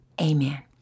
amen